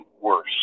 worse